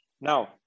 Now